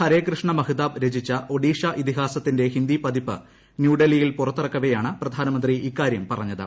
ഹരേകൃഷ്ണ മഹ്താബ് രചിച്ച ഒഡിഷ ഇതിഹാസിന്റെ ഹിന്ദി പതിപ്പ് ന്യൂഡൽഹിയിൽ പുറത്തിറക്കവെയ്ടാണ് പ്രധാനമന്ത്രി ഇക്കാര്യം പറഞ്ഞത്